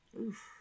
Oof